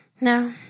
No